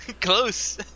close